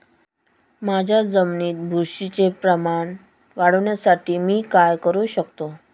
माझ्या जमिनीत बुरशीचे प्रमाण वाढवण्यासाठी मी काय करू शकतो?